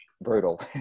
brutal